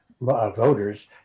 voters